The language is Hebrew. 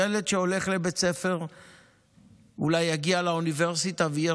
ילד שהולך לבית ספר אולי יגיע לאוניברסיטה ויהיה